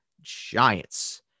Giants